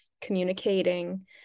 communicating